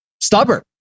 Stubborn